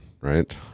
right